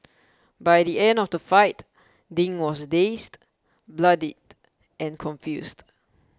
by the end of the fight Ding was dazed bloodied and confused